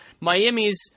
miami's